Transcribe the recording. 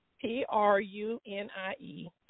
P-R-U-N-I-E